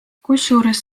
kusjuures